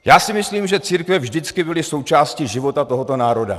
Já si myslím, že církve vždycky byly součástí života tohoto národa.